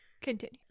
Continue